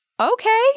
okay